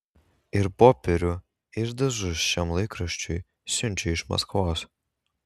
ir popierių ir dažus šiam laikraščiui siunčia iš maskvos